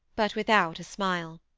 but without a smile.